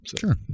Sure